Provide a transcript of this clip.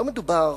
לא מדובר